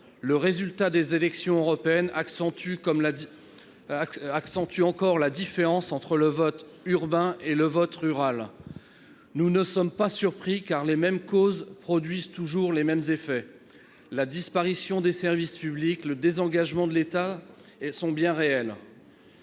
Le résultat de ces élections européennes marque une nouvelle accentuation de la différence entre le vote urbain et le vote rural. Nous n'en sommes pas surpris, car les mêmes causes produisent toujours les mêmes effets. La disparition des services publics et le désengagement de l'État sont bien réels.